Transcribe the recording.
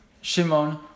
Shimon